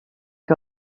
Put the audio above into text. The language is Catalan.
que